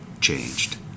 changed